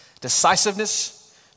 decisiveness